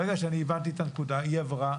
ברגע שהבנתי את הנקודה, היא עברה.